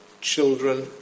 children